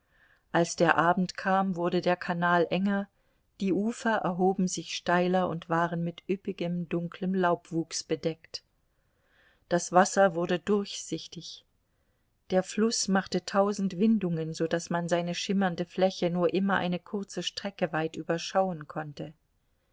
als der abend kam wurde der kanal enger die ufer erhoben sich steiler und waren mit üppigem dunklem laubwuchs bedeckt das wasser wurde durchsichtig der fluß machte tausend windungen so daß man seine schimmernde fläche nur immer eine kurze strecke weit überschauen konnte